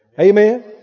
amen